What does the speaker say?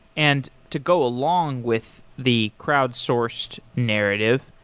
and to go along with the crowd-sourced narrative,